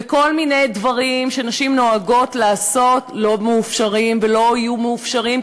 וכל מיני דברים שנשים נוהגות לעשות לא מאופשרים ולא יהיו מאופשרים,